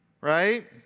Right